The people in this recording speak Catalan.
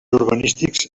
urbanístics